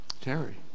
Terry